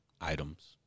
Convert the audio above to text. items